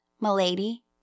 Milady